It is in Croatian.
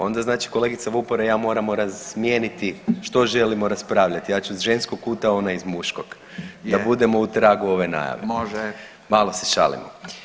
Onda znači kolegica Vupora i ja moramo razmijeniti što želimo raspravljati, ja ću iz ženskog kuta, ona iz muškog da budemo u tragu ove najave [[Upadica: Je, može.]] malo se šalimo.